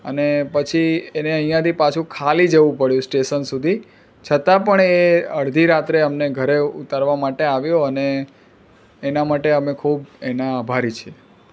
અને પછી એને અહીંયાથી પાછું ખાલી જવું પડ્યું સ્ટેસન સુધી છતાં પણ એ અડધી રાત્રે અમને ઘરે ઉતારવા માટે આવ્યો અને એના માટે અમે ખૂબ એના આભારી છીએ